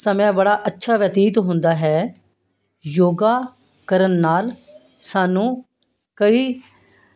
ਸਮੇਂ ਬੜਾ ਅੱਛਾ ਬਤੀਤ ਹੁੰਦਾ ਹੈ ਯੋਗਾ ਕਰਨ ਨਾਲ ਸਾਨੂੰ ਕਈ